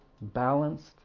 balanced